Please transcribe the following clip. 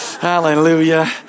Hallelujah